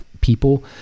people